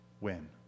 win